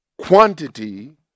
quantity